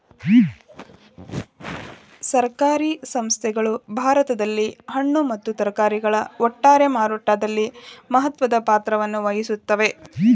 ಸಹಕಾರಿ ಸಂಸ್ಥೆಗಳು ಭಾರತದಲ್ಲಿ ಹಣ್ಣು ಮತ್ತ ತರಕಾರಿಗಳ ಒಟ್ಟಾರೆ ಮಾರಾಟದಲ್ಲಿ ಮಹತ್ವದ ಪಾತ್ರವನ್ನು ವಹಿಸುತ್ತವೆ